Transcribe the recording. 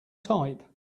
type